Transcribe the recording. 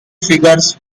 figures